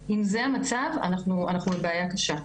אם זה המצב אנחנו בבעיה קשה.